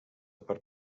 part